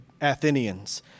Athenians